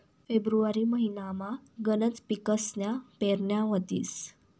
February महिनामा गनच पिकसन्या पेरण्या व्हतीस